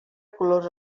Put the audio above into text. colors